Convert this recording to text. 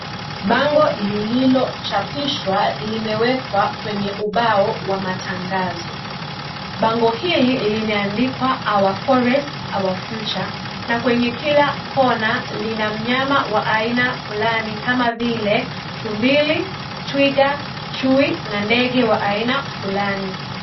Bango lililochapishwa limewekwa kwenye ubao wa matangazo, bango hili limeandikwa (CS)our forest our future(CS)na kwenye kila kona lina mnyama Wa aina fulani kama vile tumbili, twiga, chui na ndege wa aina fulani.